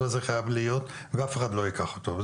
הזה חייב להיות ואף אחד לא ייקח אותו.